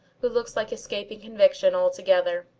who looks like escaping conviction altogether.